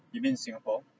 you mean singapore